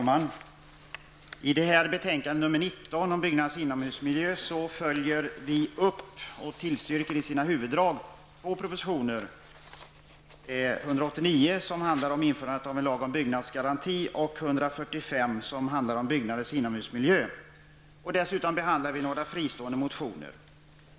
Fru talman! I betänkande nr 19, om byggnaders inomhusmiljö, följer vi upp och tillstyrker i deras huvuddrag två propositioner, 189, som handlar om införandet av en lag om byggnadsgaranti, och 145, som handlar om byggnaders inomhusmiljö. Dessutom behandlar vi några fristående motioner.